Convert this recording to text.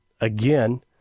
again